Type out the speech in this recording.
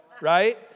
right